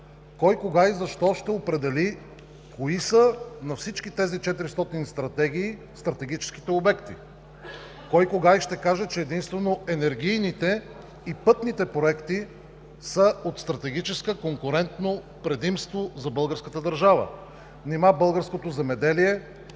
кой, кога и защо ще определи кои са на всички тези 400 стратегии стратегическите обекти? Кой кога ще каже, че единствено енергийните и пътните проекти са от стратегически конкурентно предимство за българската държава. Нима българското земеделие,